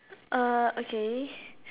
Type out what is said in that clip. uh okay